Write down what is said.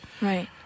Right